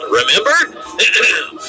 remember